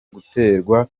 guterwa